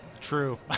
True